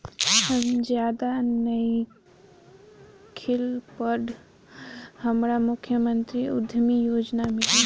हम ज्यादा नइखिल पढ़ल हमरा मुख्यमंत्री उद्यमी योजना मिली?